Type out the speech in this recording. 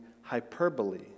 hyperbole